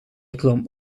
klom